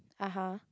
(uh huh)